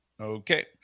Okay